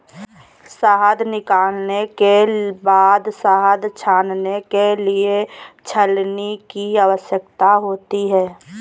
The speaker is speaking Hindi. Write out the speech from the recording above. शहद निकालने के बाद शहद छानने के लिए छलनी की आवश्यकता होती है